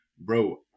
bro